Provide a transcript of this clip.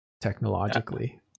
technologically